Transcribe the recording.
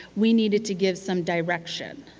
we needed to give some direction.